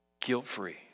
guilt-free